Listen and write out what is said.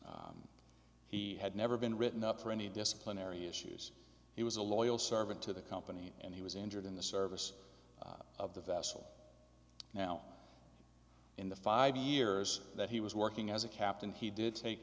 he had never been written up for any disciplinary issues he was a loyal servant to the company and he was injured in the service of the vessel now in the five years that he was working as a captain he did take